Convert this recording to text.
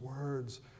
words